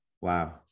wow